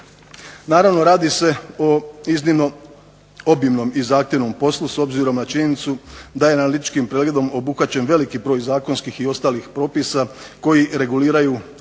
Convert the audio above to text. Naravno radi se o iznimno obimnom i zahtjevnom poslu s obzirom na činjenicu da je analitičkim pregledom obuhvaćen veliki broj zakonskih i ostalih propisa koji reguliraju pravo